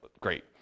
great